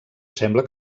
sembla